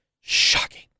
Shocking